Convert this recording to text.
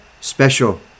special